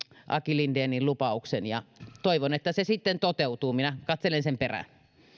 aki lindenin lupauksen ja toivon että se sitten toteutuu minä katselen sen perään